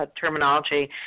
terminology